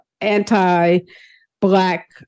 anti-Black